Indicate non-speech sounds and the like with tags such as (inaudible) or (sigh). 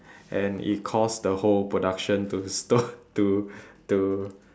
and it caused the whole production to stop (laughs) to to